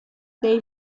they